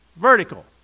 Vertical